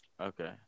Okay